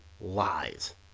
lies